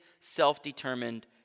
self-determined